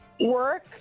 Work